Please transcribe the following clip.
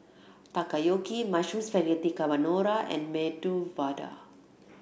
Takoyaki Mushroom Spaghetti Carbonara and Medu Vada